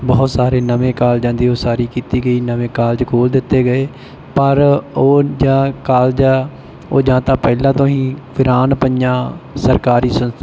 ਬਹੁਤ ਸਾਰੇ ਨਵੇਂ ਕਾਲਜਾਂ ਦੀ ਉਸਾਰੀ ਕੀਤੀ ਗਈ ਨਵੇਂ ਕਾਲਜ ਖੋਲ੍ਹ ਦਿੱਤੇ ਗਏ ਪਰ ਉਹ ਜਾਂ ਕਾਲਜਾਂ ਉਹ ਜਾਂ ਤਾਂ ਪਹਿਲਾਂ ਤੋਂ ਹੀ ਵਿਰਾਨ ਪਾਈਆਂ ਸਰਕਾਰੀ ਸੰਸ